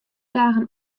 dagen